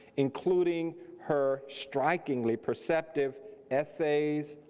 including her strikingly perceptive essays,